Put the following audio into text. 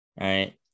right